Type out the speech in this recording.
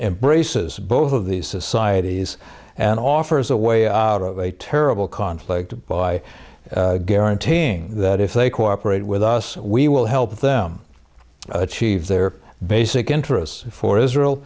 embraces both of these societies and offers a way out of a terrible conflict by guaranteeing that if they cooperate with us we will help them achieve their basic interests for israel